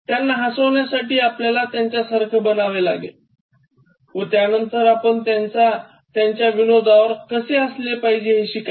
त्यांना हासवण्यासाठी आपल्याला त्याच्यासारखं बनावे लागेल व त्यांनतर आपण त्यांच्या विनोदावर कसे हासले पाहिजे हे शिकाल